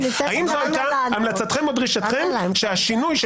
האם זו הייתה המלצתכם או דרישתכם שהשינוי של